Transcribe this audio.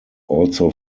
also